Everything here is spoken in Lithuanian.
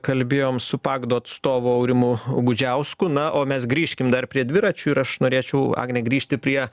kalbėjom su pagdo atstovu aurimu gudžiausku na o mes grįžkim dar prie dviračių ir aš norėčiau agne grįžti prie